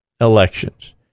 elections